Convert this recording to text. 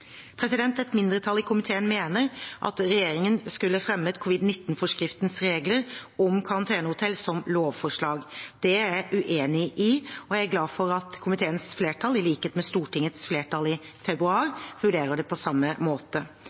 Et mindretall i komiteen mener at regjeringen skulle fremmet covid-19-forskriftens regler om karantenehotell som lovforslag. Det er jeg uenig i, og jeg er glad for at komiteens flertall, i likhet med Stortingets flertall i februar, vurderer det på samme måte.